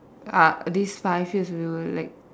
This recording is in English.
ah this five years we were like